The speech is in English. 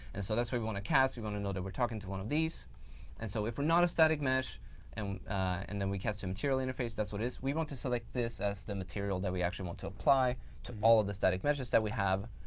and so that's where we want to cast. we want to know that we're talking to one of these. and so, if we're not a static mesh and and then we cast to material interface, that's what it is. we want to select this as the material that we actually want to apply to all of the static meshes that we have